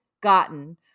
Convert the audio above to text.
gotten